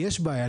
ויש בעיה,